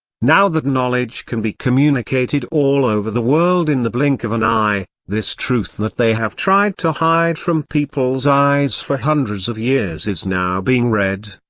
now that knowledge can be communicated all over the world in the blink of an eye, this truth that they have tried to hide from peoples' eyes for hundreds of years is now being read,